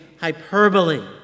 hyperbole